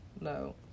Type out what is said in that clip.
No